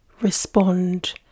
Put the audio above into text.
respond